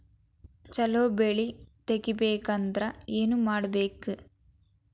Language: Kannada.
ಛಲೋ ಬೆಳಿ ತೆಗೇಬೇಕ ಅಂದ್ರ ಏನು ಮಾಡ್ಬೇಕ್?